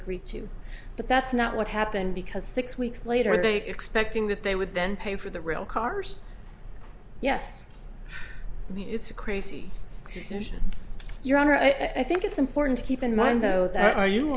agreed to but that's not what happened because six weeks later they expecting that they would then pay for the rail cars yes i mean it's a crazy decision your honor i think it's important to keep in mind though that are you